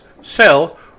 sell